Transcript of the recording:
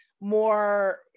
more